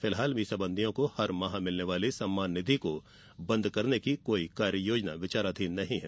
फिलहाल मीसाबंदियों को हर माह मिलने वाली सम्मान निधि को बंद करने की कोई कार्ययोजना विचाराधीन नहीं है